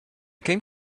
came